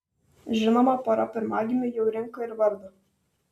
žinoma pora pirmagimiui jau rinko ir vardą